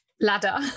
ladder